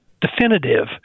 definitive